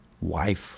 wife